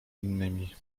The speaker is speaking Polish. innymi